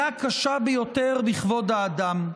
הוא פגיעה קשה ביותר בכבוד האדם.